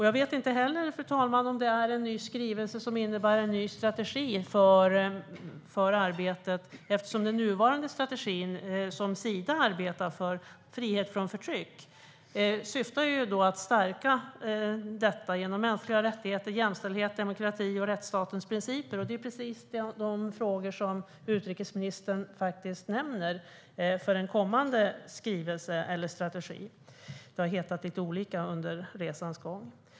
Jag vet inte, fru talman, om skrivelsen innebär en ny strategi för arbetet, eftersom den nuvarande strategi som Sida arbetar utifrån - frihet från förtryck - syftar till att stärka det genom mänskliga rättigheter, jämställdhet, demokrati och rättsstatens principer. Det är precis dessa frågor som utrikesministern faktiskt nämner för en kommande skrivelse eller strategi. Det har hetat lite olika under resans gång.